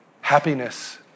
happiness